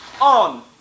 on